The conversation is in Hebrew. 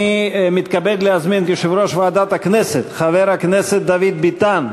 אני מתכבד להזמין את יושב-ראש ועדת הכנסת חבר הכנסת דוד ביטן.